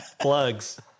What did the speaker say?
plugs